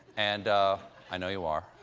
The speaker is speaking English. and i know you are,